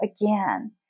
again